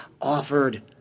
offered